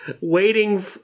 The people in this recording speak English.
waiting